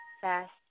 fast